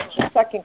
Second